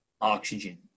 Oxygen